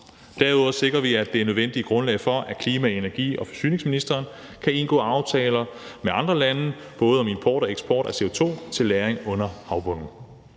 Derudover sikrer vi det nødvendige grundlag for, at klima-, energi- og forsyningsministeren kan indgå aftaler med andre lande om både import og eksport af CO2 til lagring under havbunden.